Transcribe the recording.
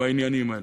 בעניינים האלה.